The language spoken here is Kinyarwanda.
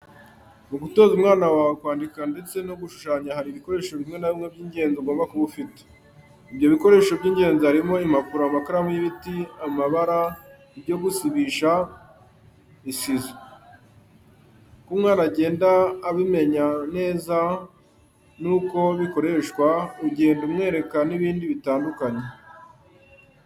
Mu gutoza umwana wawe kwandika ndetse no gushushanya hari ibikoresho bimwe na bimwe by'ingenzi ugomba kuba ufite. Ibyo bikoresho by'ingenzi harimo impapuro, amakaramu y'ibiti, amabara, ibyo gusibisha, isizo. Uko umwana agenda abimenya neza nuko bikoreshwa ugenda umwereka n'ibindi bitandukanye.